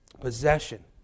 Possession